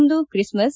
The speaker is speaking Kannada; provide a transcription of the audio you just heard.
ಇಂದು ಕ್ರಿಸ್ಮಸ್